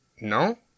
No